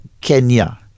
Kenya